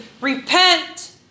repent